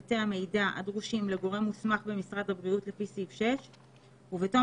בעלי תפקידיםבשירות לצורך ביצוע פעולות סיוע (בחוק